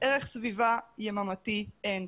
ערך סביבה יממתי, אין.